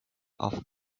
off